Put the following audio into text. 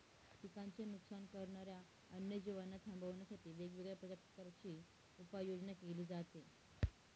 पिकांचे नुकसान करणाऱ्या अन्य जीवांना थांबवण्यासाठी वेगवेगळ्या प्रकारची उपाययोजना केली जाते